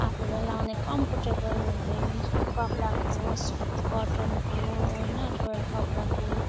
आफूले लगाउने कम्फर्टेबल हुने यस्तो कपडाको कटनको होइन रोयल कपडाको